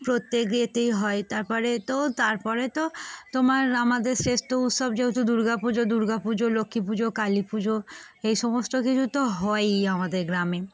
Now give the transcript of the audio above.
প্রত্যেক এতেই হয় তার পরে তো তার পরে তো তোমার আমাদের শ্রেষ্ঠ উৎসব যেহেতু দুর্গাপুজো দুর্গাপুজো লক্ষ্মী পুজো কালী পুজো এই সমস্ত কিছু তো হয়ই আমাদের গ্রামে